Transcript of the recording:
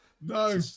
no